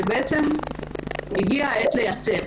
בעצם הגיעה העת ליישם,